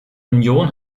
union